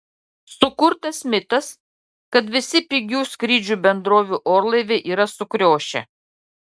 sukurtas mitas kad visi pigių skrydžių bendrovių orlaiviai yra sukriošę